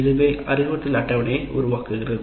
இதுவே அறிவுறுத்தல் அட்டவணையை உருவாக்குகிறது